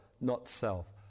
not-self